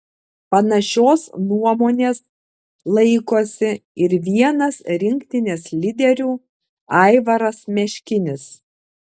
panašios nuomonės laikosi ir vienas rinktinės lyderių aivaras meškinis